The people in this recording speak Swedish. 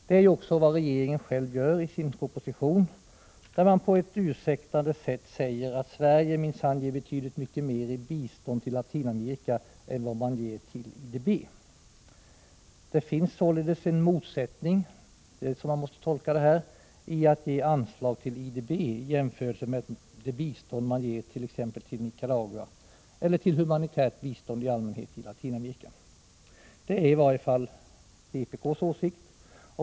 Det är ju också vad regeringen själv gör i sin proposition, där man på ett ursäktande sätt säger att Sverige minsann ger betydligt mycket mer i bistånd till Latinamerika än vad man ger till IDB. Vi måste tolka detta så, att det finns en motsättning mellan att ge anslag till IDB och att ge bistånd till t.ex. Nicaragua eller humanitärt bistånd i allmänhet till Latinamerika. Det är i varje fall vpk:s åsikt.